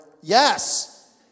Yes